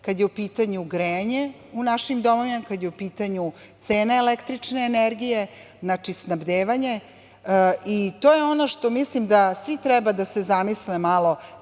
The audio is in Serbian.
kada je u pitanju grejanje u našim domovima, kada je u pitanju cena električne energije, znači, snabdevanje. To je ono što mislim da svi treba da se zamisle malo